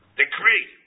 decree